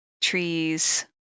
trees